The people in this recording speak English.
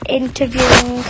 interviewing